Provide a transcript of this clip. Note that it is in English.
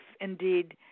indeed